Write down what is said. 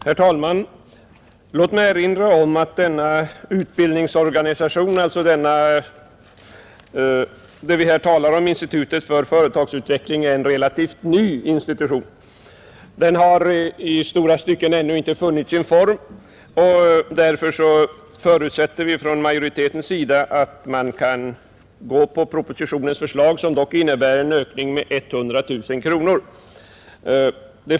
Herr talman! Låt mig erinra om att den utbildningsorganisation som vi talar om, institutet för företagsutveckling, är en relativt ny institution. Den har i stora stycken ännu inte funnit sin form. Därför anser sig utskottsmajoriteten kunna tillstyrka propositionens förslag, som dock innebär en ökning med 100 000 kronor.